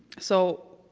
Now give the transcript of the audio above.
so,